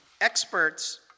experts